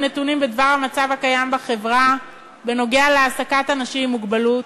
נתונים בדבר המצב הקיים בחברה בנוגע להעסקת אנשים עם מוגבלות,